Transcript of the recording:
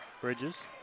Bridges